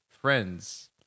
friends